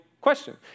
question